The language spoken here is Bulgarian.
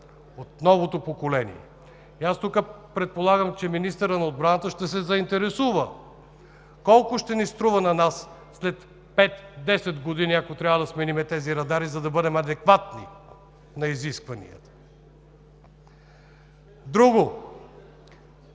от новото поколение. Предполагам, че министърът на отбраната ще се заинтересува колко ще ни струва на нас след пет-десет години, ако трябва да сменим тези радари, за да бъдем адекватни на изискванията? Друго,